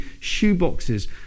shoeboxes